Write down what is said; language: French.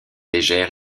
légère